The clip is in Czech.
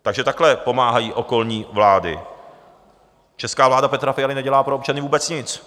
Takže takhle pomáhají okolní vlády, česká vláda Petra Fialy nedělá pro občany vůbec nic.